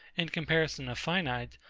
in comparison of finite,